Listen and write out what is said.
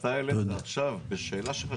אתה העלית עכשיו בשאלה שלך,